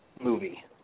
movie